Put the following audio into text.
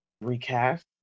recast